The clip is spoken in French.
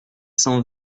cent